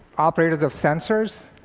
operators of sensors,